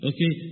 Okay